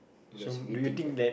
because we think that